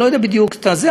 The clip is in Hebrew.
אני לא יודע בדיוק איך זה,